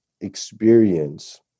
experience